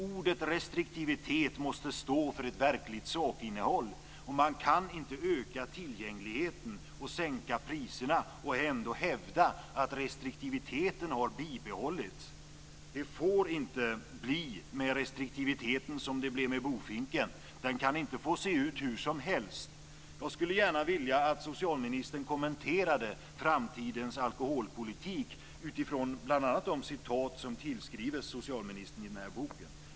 Ordet restriktivitet måste stå för ett verkligt sakinnehåll. Man kan inte öka tillgängligheten och sänka priserna och ändå hävda att restriktiviteten har bibehållits. Det får inte bli med restriktiviteten som det blev med bofinken - den kan inte få se ut hur som helst. Jag skulle gärna vilja att socialministern kommenterade framtidens alkoholpolitik utifrån bl.a. de citat som tillskrives socialministern i den här boken.